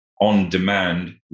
on-demand